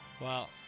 Wow